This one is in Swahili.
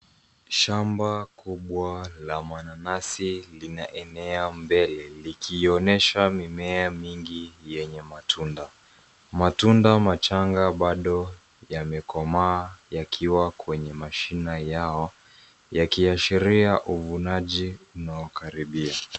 Shamba kubwa la mananasi linaenea mbele likionyesha mimea mingi yenye matunda. Matunda machanga bado yamekomaa yakiwa kwenye mashina yao, yakiashiria uvunaji unaokaribia.